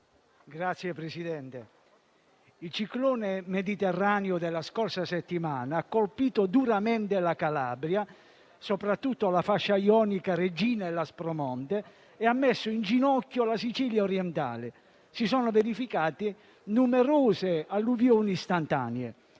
Signor Presidente, il ciclone Mediterraneo della scorsa settimana ha colpito duramente la Calabria, soprattutto la fascia ionica reggina e l'Aspromonte e ha messo in ginocchio la Sicilia orientale. Si sono verificate numerose alluvioni istantanee.